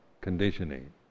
conditioning